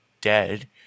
dead